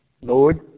Lord